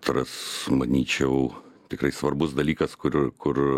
tras manyčiau tikrai svarbus dalykas kur ir kur